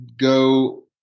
go